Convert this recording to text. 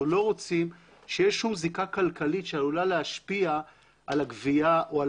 אנחנו לא רוצים שתהיה שום זיקה כלכלית שעלולה להשפיע על הגבייה או על